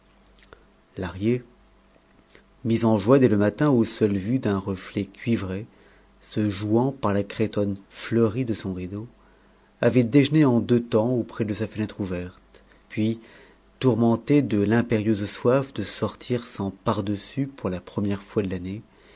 lahrier mis en joie dès le matin au seul vu d'un reflet cuivré se jouant par la cretonne fleurie de son rideau avait déjeuné en deux temps auprès de sa fenêtre ouverte puis tourmenté de l'impérieuse soif de sortir sans pardessus pour la première fois de l'année